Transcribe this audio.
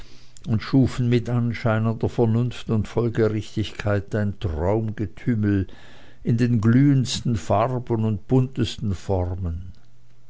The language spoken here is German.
und schufen mit anscheinender vernunft und folgerichtigkeit ein traumgetümmel in den glühendsten farben und buntesten formen